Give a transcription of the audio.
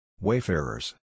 Wayfarers